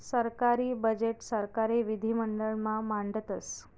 सरकारी बजेट सरकारी विधिमंडळ मा मांडतस